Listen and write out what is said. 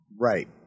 Right